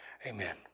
Amen